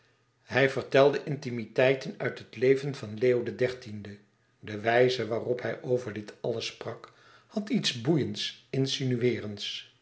hij vertelde intimiteiten uit het leven van leo xiii de wijze waarop hij over dit alles sprak had iets boeiends